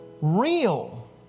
real